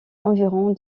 environ